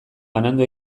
banandu